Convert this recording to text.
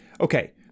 Okay